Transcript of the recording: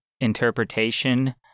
interpretation